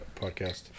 podcast